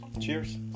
Cheers